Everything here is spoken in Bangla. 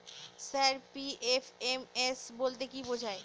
স্যার পি.এফ.এম.এস বলতে কি বোঝায়?